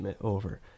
over